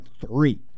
three